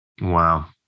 Wow